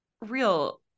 real